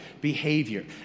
behavior